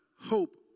hope